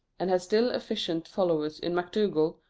and has still efficient followers in macdougall,